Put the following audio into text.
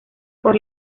por